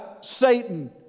Satan